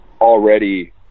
already